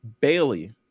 Bailey